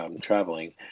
traveling